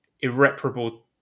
irreparable